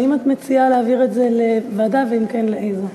האם את מציעה להעביר את זה לוועדה, ואם כן, לאיזו?